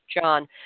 John